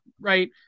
right